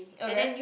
okay